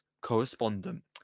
correspondent